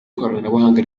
koranabuhanga